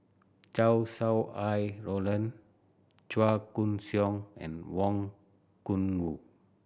Chow Sau Hai Roland Chua Koon Siong and Wang Gungwu